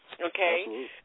Okay